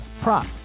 prop